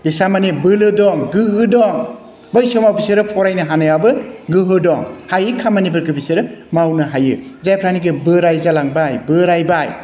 बिसोरहा माने बोलो दं गोहो दं बै समाव बिसोरो फरायनो हानायाबो गोहो दं हायै खामानिफोरखौ बिसोरो मावनो हायो जायफ्रानिकि बोराय जालांबाय बोरायबाय